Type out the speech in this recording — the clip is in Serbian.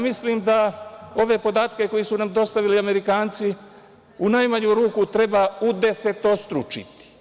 Mislim da ove podatke koje su nam dostavili Amerikanci u najmanju ruku treba udesetostručiti.